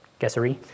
guessery